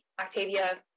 Octavia